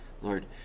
Lord